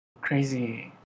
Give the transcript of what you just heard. Crazy